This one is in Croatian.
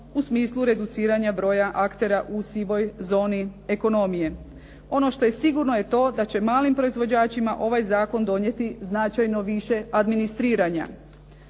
u smislu reduciranja broja aktera u sivoj zoni ekonomije. Ono što je sigurno je to da će malim proizvođačima ovaj zakon donijeti značajno više administriranja.